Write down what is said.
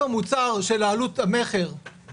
כמו חו"ל אז אל תמסה את זה בצורה שכזו.